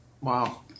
Wow